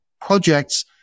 projects